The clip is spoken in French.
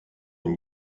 une